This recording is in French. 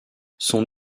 son